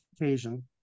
occasion